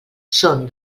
són